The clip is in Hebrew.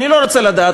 אני לא רוצה לדעת.